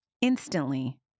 Instantly